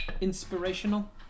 inspirational